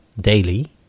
daily